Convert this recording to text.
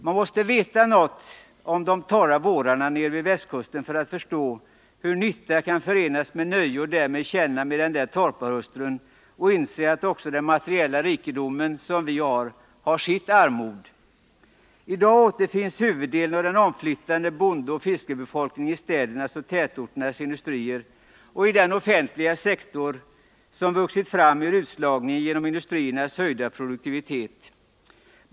Man måste veta något om de torra vårarna nere vid västkusten för att förstå hur nytta kan förenas med nöje och därmed känna med den torparhustrun och inse att också den materiella rikedom som vi har har sitt armod. I dag återfinns huvuddelen av den omflyttade bondeoch fiskebefolkningen i städernas och tätorternas industrier och i den offentliga sektor som vuxit fram ur utslagningen genom industriernas höjda produktivitet.